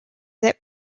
that